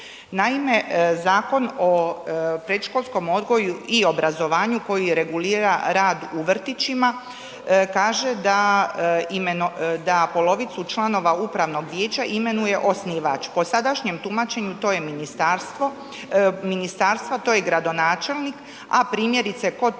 Naime, Zakon o predškolskom odgoju i obrazovanju koji regulira rad u vrtićima kaže da polovicu članova upravnog vijeća imenuje osnivač. Po sadašnjem tumačenju, to je ministarstvo, to je gradonačelnik a primjerice kod